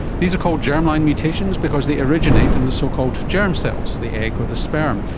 these are called germline mutations because they originate in the so-called germ cells, the egg or the sperm,